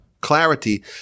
clarity